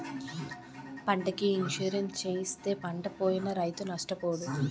పంటకి ఇన్సూరెన్సు చేయిస్తే పంటపోయినా రైతు నష్టపోడు